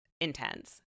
intense